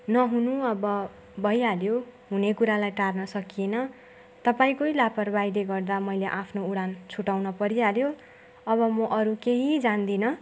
नहुनु अब भइहाल्यो हुने कुरालाई टार्न सकिएन तपाईँकै लापरवाहीले गर्दा मैले आफ्नो उडान छुटाउन परिहाल्यो अब म अरू केही जान्दिनँ